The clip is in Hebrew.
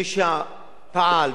מי שפעל,